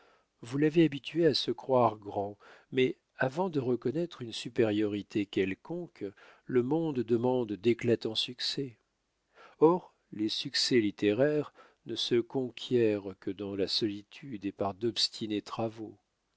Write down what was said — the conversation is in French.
vous l'avez habitué à se croire grand mais avant de reconnaître une supériorité quelconque le monde demande d'éclatants succès or les succès littéraires ne se conquièrent que dans la solitude et par d'obstinés travaux